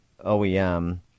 OEM